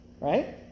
right